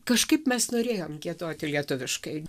kažkaip mes norėjom giedoti lietuviškai